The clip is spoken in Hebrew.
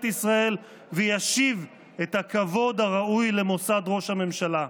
ישראל וישיב את הכבוד הראוי למוסד ראש הממשלה.